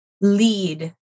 lead